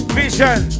vision